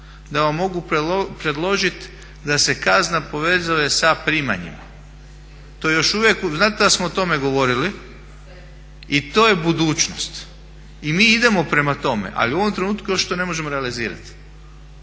da vam mogu predložit da se kazna povezuje sa primanjima. To je još uvijek, znate da smo o tome govorili i to je budućnost i mi idemo prema tome. Ali u ovom trenutku još to ne možemo realizirati.